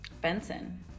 Benson